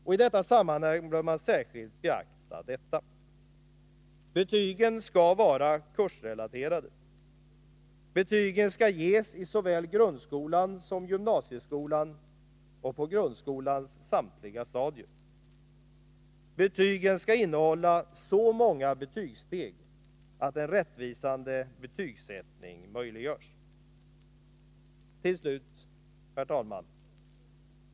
I detta sammanhang bör man särskilt beakta: Betygen skall ges i såväl grundskolan som gymnasieskolan och på grundskolans samtliga stadier. Betygen skall innehålla så många betygssteg att en rättvisande betygsättning möjliggörs. Herr talman!